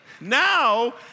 Now